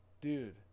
Dude